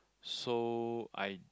so I